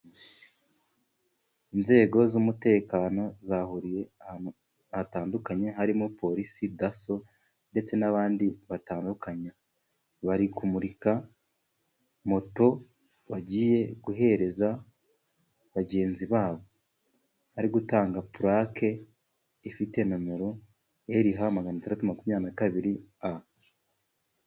Inzego z'umutekano zahuriye ahantu hatandukanye, harimo polisi, daso, ndetse n'abandi batandukanye. Bari kumurika moto bagiye guhereza bagenzi babo, bari gutanga pulake ifite nomero RH maganatandatu makumyabiri na kabiri A.